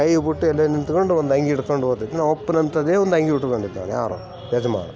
ಕೈ ಬಿಟ್ಟು ಎಲ್ಲೇ ನಿಂತ್ಕೊಂಡು ಒಂದು ಅಂಗಿ ಇಟ್ಕೊಂಡು ಹೋತಿತ್ತು ನಮ್ಮ ಅಪ್ಪನಂತದ್ದೇ ಒಂದು ಅಂಗಿ ಉಟ್ಕೊಂಡಿದ್ದಾನೆ ಯಾರೋ ಯಜಮಾನ